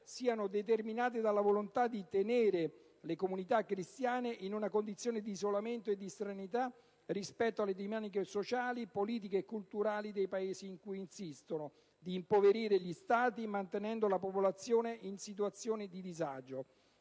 siano determinate dalla volontà di «tenere le comunità cristiane in una condizione di isolamento e di estraneità rispetto alle dinamiche sociali, politiche e culturali dei Paesi in cui insistono», oltre che «di impoverire gli Stati, mantenendo la popolazione in situazione di disagio».